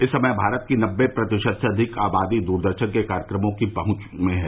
इस समय भारत की नबे प्रतिशत से अधिक आबादी तक दुरदर्शन के कार्यक्रमों की पहंच है